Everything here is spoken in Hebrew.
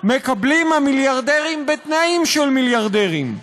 מקבלים המיליארדרים בתנאים של מיליארדרים: